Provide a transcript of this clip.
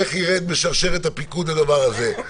איך ירד בשרשרת הפיקוד הדבר הזה,